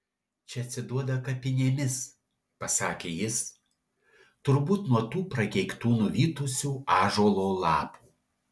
čia atsiduoda kapinėmis pasakė jis turbūt nuo tų prakeiktų nuvytusių ąžuolo lapų